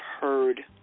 heard